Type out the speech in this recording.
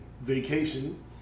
vacation